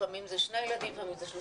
לפעמים זה שני ילדים,